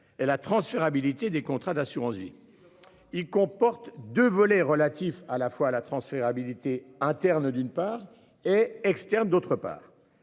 et la transférabilité des contrats d'assurance vie. Il comporte 2 volets relatifs à la fois à la transférabilité interne d'une part et externe d'autre part,